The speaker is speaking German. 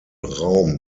raum